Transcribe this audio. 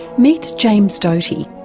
meet james doty,